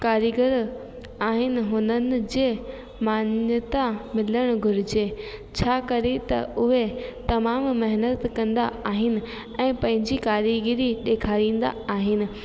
कारीगर आहिनि हुननि जे मान्यता मिलणु घुरिजे छा करे त उहे तमामु महिनत कंदा आहिनि ऐं पंहिंजी कारीगिरी ॾेखारींदा आहिनि